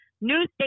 news